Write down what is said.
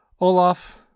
Olaf